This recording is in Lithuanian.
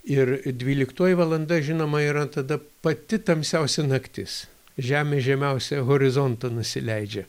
ir dvyliktoji valanda žinoma yra tada pati tamsiausia naktis žemė į žemiausią horizontą nusileidžia